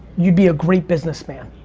you'd be a great businessman.